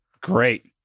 Great